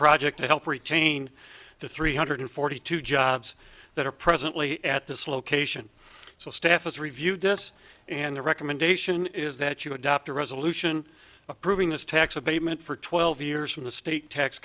project to help retain the three hundred forty two jobs that are presently at this location so staffers review this and the recommendation is that you adopt a resolution approving this tax abatement for twelve years from the state tax